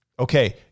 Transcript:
Okay